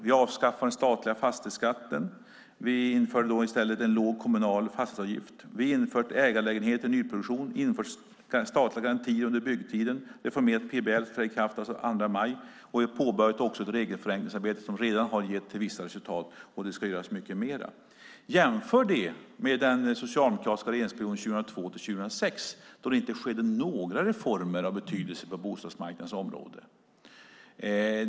Vi avskaffade den statliga fastighetsskatten. Vi införde i stället en låg kommunal fastighetsavgift. Vi har infört ägarlägenheter i nyproduktion. Vi har infört statliga garantier under byggtiden. Vi har reformerat PBL - den nya PBL träder i kraft den 2 maj. Vi har också påbörjat ett regelförenklingsarbete som redan har gett vissa resultat. Och det ska göras mycket mer. Jämför det med den socialdemokratiska regeringsperioden 2002-2006, då det inte skedde några reformer av betydelse på bostadsmarknadens område.